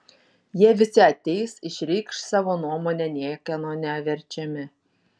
jie visi ateis išreikš savo nuomonę niekieno neverčiami